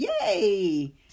Yay